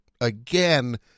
again